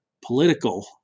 political